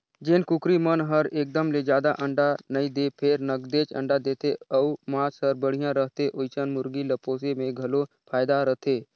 जेन कुकरी मन हर एकदम ले जादा अंडा नइ दें फेर नगदेच अंडा देथे अउ मांस हर बड़िहा रहथे ओइसने मुरगी ल पोसे में घलो फायदा रथे